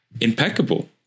impeccable